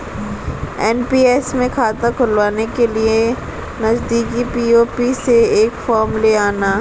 NPS में खाता खुलवाने के लिए नजदीकी पी.ओ.पी से एक फॉर्म ले आना